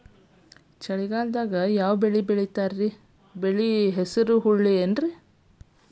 ಚಳಿಗಾಲದಾಗ್ ಯಾವ್ ಬೆಳಿ ಬೆಳಿತಾರ, ಬೆಳಿ ಹೆಸರು ಹುರುಳಿ ಏನ್?